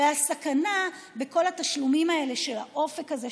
הרי הסכנה בכל התשלומים האלה של האופק הזה,